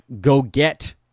go-get